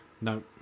no